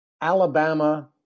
Alabama